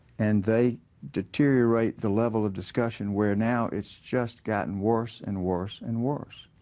and they deteriorate the level of discussion were now it's just gotten worse and worse and worse.